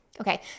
Okay